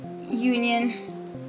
Union